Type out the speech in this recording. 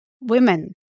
women